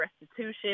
restitution